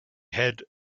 had